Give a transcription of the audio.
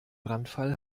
brandfall